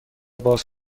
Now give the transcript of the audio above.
باز